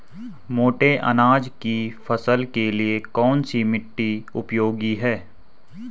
मोटे अनाज की फसल के लिए कौन सी मिट्टी उपयोगी है?